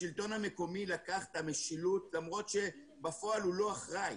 השלטון המקומי לקח את המשילות למרות שבפועל הוא לא אחראי,